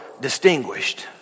distinguished